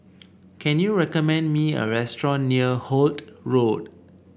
can you recommend me a restaurant near Holt Road